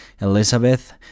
Elizabeth